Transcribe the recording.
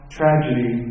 tragedy